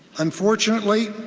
unfortunately,